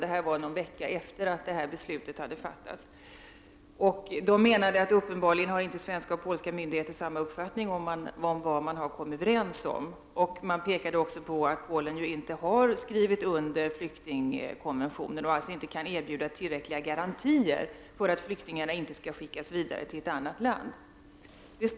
Detta besök skedde någon vecka efter det att beslutet fattades. Dessa två menar att svenska och polska myndigheter uppenbarligen inte har samma uppfattning om vad man har kommit överens om. Polen har inte skrivit under flyktingkonventionen och kan alltså inte erbjuda tillräckliga garantier för att flyktingarna inte skall skickas vidare till ett annat land.